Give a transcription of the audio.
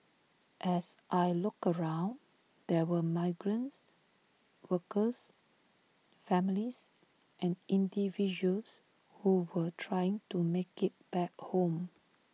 as I looked around there were migrants workers families and individuals who were trying to make IT back home